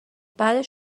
بعدش